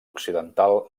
occidental